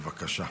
בבקשה,